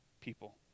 people